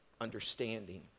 understanding